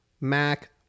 Mac